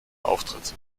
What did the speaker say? auftritt